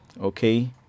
okay